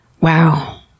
wow